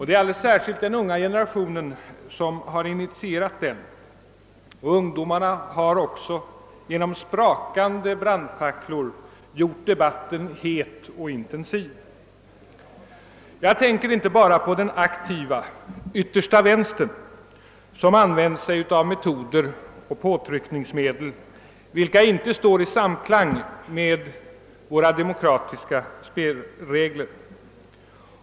Det är alldeles särskilt den unga generationen som har initierat den, och ungdomarna har också genom sprakande brandfacklor gjort debatten het och intensiv. Jag tänker inte bara på den aktiva yttersta vänstern, som använt sig av metoder och påtryckningsmedel vilka inte står i samklang med våra demokratiska spelregler.